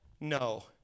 no